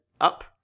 up